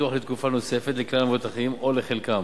הביטוח לתקופה נוספת לכלל המבוטחים או לחלקם,